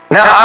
Now